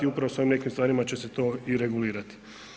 Upravo sa ovim nekim stvarima će se to i regulirati.